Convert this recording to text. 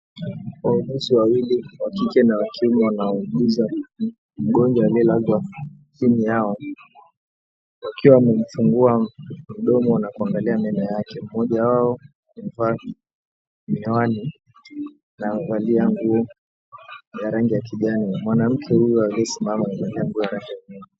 Wauguzi wawili wa kike na wa kiume wanaoguza mgonjwa aliyelazwa chini yao. Wakiwa wamemfungua mdomo na kuangalia meno yake. Mmoja wao amevaa miwani amevalia nguo ya rangi ya kijani. Mwanamke huyu aliyesimama amevaa nguo ya rangi ya nyeupe.